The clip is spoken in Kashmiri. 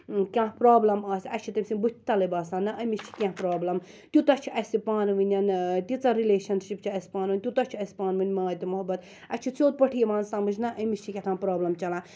کانٛہہ پرابلَم آسہِ اَسہِ چھُ تمہ سٕنٛد بٕتھ تَلے باسان نہَ أمس چھِ کینٛہہ پرابلَم تیوتاہ چھُ اَسہِ پانہٕ ؤنۍ تیٖژاہ رِلیشَنشِپ چھِ اَسہِ پانہٕ ؤنۍ تیوتاہ چھُ اَسہِ پانہٕ ؤنۍ ماے تہٕ محبَت اَسہِ چھُ سیٚود پٲٹھۍ یِوان سمجھ نہَ أمِس چھِ کیٚتھام پرابلم چَلان